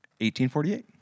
1848